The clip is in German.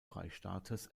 freistaates